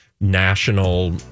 national